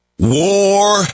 War